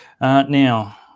Now